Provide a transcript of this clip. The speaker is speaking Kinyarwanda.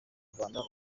rwanda